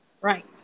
Right